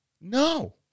No